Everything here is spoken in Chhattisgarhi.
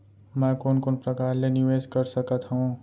मैं कोन कोन प्रकार ले निवेश कर सकत हओं?